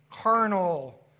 carnal